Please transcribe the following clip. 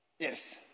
Yes